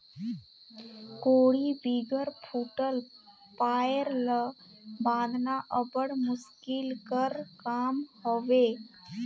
कोड़ी बिगर फूटल पाएर ल बाधना अब्बड़ मुसकिल कर काम हवे